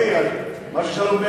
איזה מעשה?